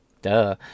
Duh